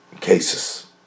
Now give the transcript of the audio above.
cases